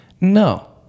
No